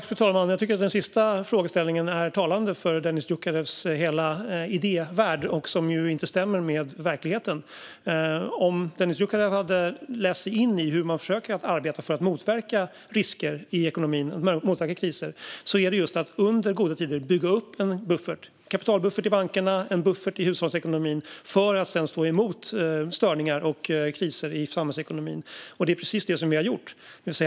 Fru talman! Jag tycker att den sista frågeställningen är talande för Dennis Dioukarevs hela idévärld, som ju inte stämmer med verkligheten. Om Dennis Dioukarev hade läst in sig på hur man försöker att arbeta för att motverka risker i ekonomin och motverka kriser hade han sett att man i goda tider försöker att bygga upp en buffert - en kapitalbuffert i bankerna och en buffert i hushållsekonomin - för att sedan stå emot störningar och kriser i samhällsekonomin. Det är precis detta som vi har gjort.